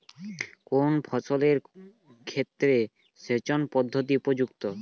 কোন ফসলের ক্ষেত্রে সেচন পদ্ধতি উপযুক্ত?